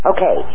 Okay